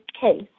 case